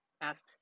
asked